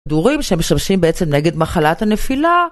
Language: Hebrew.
כדורים שמשמשים בעצם נגד מחלת הנפילה,